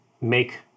make